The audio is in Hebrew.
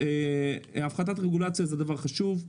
הפחתת רגולציה זה דבר חשוב.